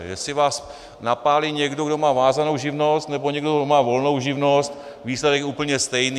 Jestli vás napálí někdo, kdo má vázanou živnost, nebo někdo, kdo má volnou živnost, výsledek je úplně stejný.